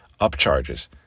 upcharges